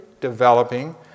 developing